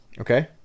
okay